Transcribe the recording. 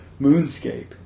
moonscape